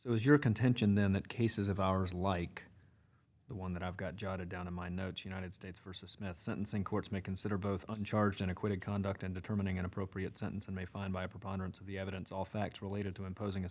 it was your contention then that cases of ours like the one that i've got jotted down in my notes united states versus mess sentencing courts may consider both one charge and acquitted conduct in determining an appropriate sentence and may find by a preponderance of the evidence all facts related to imposing